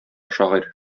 шагыйрь